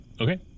Okay